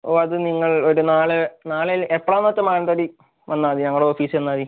അത് നിങ്ങൾ ഒരു നാളെ നാളെ എപ്പഴാന്ന് വെച്ചാൽ മാനന്തവാടി വന്നാൽ മതി ഞങ്ങളുടെ ഓഫീസില് വന്നാൽ മതി